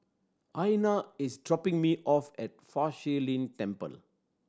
Aiyana is dropping me off at Fa Shi Lin Temple